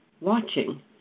watching